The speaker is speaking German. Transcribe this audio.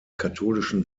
katholischen